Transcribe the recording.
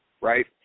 right